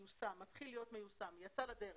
מתחיל להיות מיושם, יצא לדרך.